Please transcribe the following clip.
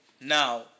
Now